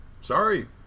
sorry